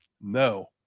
No